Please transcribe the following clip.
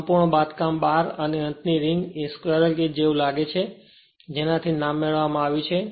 સંપૂર્ણ બાંધકામ બાર અને અંતની રીંગ એ સ્ક્વેરલ કેજ જેવું લાગે છે જેમાંથી નામ મેળવવામાં આવ્યું છે